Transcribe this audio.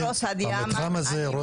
אני מכיר בוועדה המחוזית צפון,